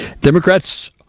Democrats